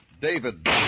David